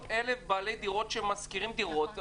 600,000 בעלי דירות שמשכירים דירות,